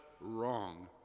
wrong